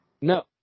No